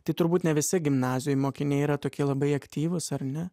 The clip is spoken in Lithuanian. tai turbūt ne visi gimnazijoj mokiniai yra tokie labai aktyvūs ar ne